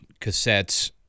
cassettes